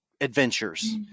adventures